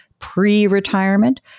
pre-retirement